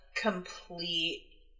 complete